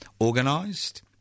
organised